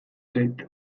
zait